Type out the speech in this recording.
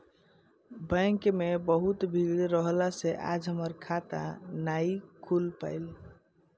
bank में बहुते भीड़ रहला से आज हमार खाता नाइ खुल पाईल